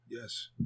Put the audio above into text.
yes